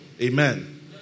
Amen